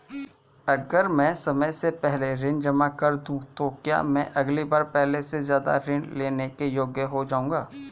अगर मैं समय से पहले ऋण जमा कर दूं तो क्या मैं अगली बार पहले से ज़्यादा ऋण लेने के योग्य हो जाऊँगा?